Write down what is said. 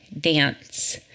Dance